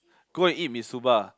go and eat Mitsuba